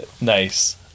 Nice